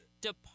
Depart